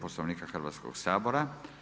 Poslovnika Hrvatskog Sabora.